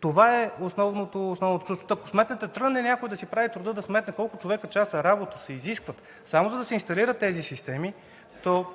Това е основното. Ако тръгне някой да си прави труда да сметне колко човекочаса работа се изискват, само за да се инсталират тези системи, то